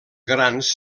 grans